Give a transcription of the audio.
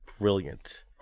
brilliant